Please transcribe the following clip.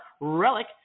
Relic